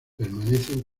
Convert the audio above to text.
permanecen